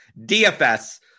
DFS